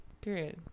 Period